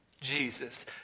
Jesus